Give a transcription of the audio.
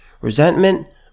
resentment